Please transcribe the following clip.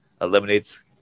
eliminates